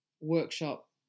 workshop